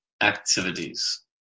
activities